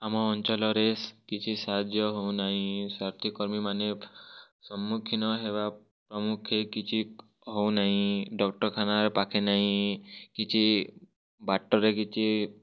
ଆମ ଅଞ୍ଚଲରେ କିଛି ସାହାଯ୍ୟ ହେଉନାଇଁ ସ୍ୱାସ୍ଥ୍ୟକର୍ମୀମାନେ ସମ୍ମୁଖୀନ ହେବା କିଛି ହେଉନାଇଁ ଡ଼କ୍ଟର୍ଖାନାର ପାଖେ ନାଇଁ କିଛି ବାଟରେ କିଛି